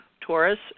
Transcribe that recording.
Taurus